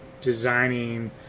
designing